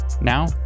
Now